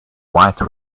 white